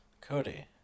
Cody